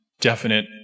definite